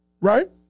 right